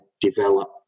develop